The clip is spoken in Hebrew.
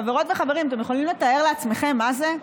חברות וחברים, אתם יכולים לתאר לעצמכם מה זה?